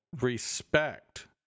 respect